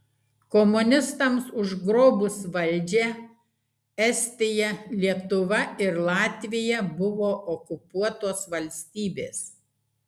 komunistams užgrobus valdžią estija lietuva ir latvija buvo okupuotos valstybės